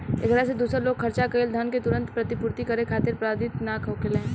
एकरा में दूसर लोग खर्चा कईल धन के तुरंत प्रतिपूर्ति करे खातिर बाधित ना होखेला